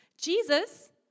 Jesus